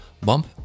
Bump